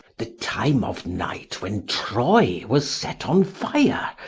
the time of night when troy was set on fire,